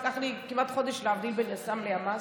לקח לי כמעט חודש להבדיל בין יס"מ לימ"ס.